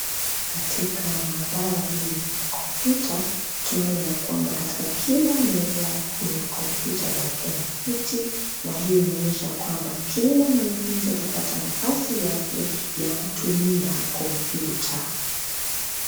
Katika mahabara hii ya kompyuta, tunaona ya kwamba katika kila meza kuna kompyuta yake na kiti na hii inaonyesha kwamba kila mwanafunzi atapata nafasi yake ya kutumia kompyuta.